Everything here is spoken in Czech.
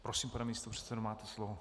Prosím, pane místopředsedo, máte slovo.